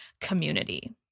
community